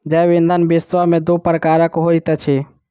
जैव ईंधन विश्व में दू प्रकारक होइत अछि